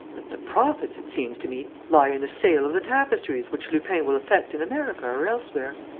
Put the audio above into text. but the profits, it seems to me, lie in the sale of the tapestries which lupin will effect in america or elsewhere.